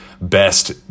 best